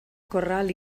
corral